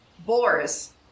Boars